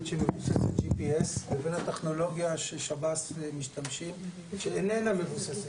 שנמצאת ב-JPS לבין הטכנולוגיה ששב"ס משתמשים שאיננה מבוססת